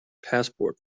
passport